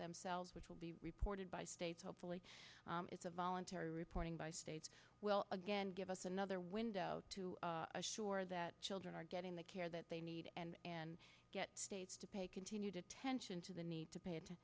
themselves which will be reported by states hopefully it's a voluntary reporting by states will again give us another window to assure that children are getting the care that they need and get states to pay continued attention to the need to pay attention